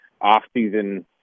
off-season